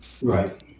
Right